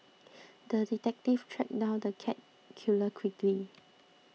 the detective tracked down the cat killer quickly